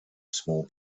small